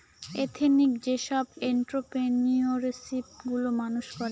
ethnic যেসব entrepreneurship গুলো মানুষ করে